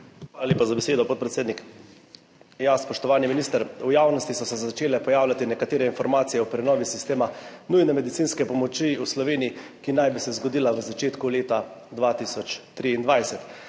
Hvala lepa za besedo, podpredsednik. Spoštovani minister! V javnosti so se začele pojavljati nekatere informacije o prenovi sistema nujne medicinske pomoči v Sloveniji, ki naj bi se zgodila v začetku leta 2023.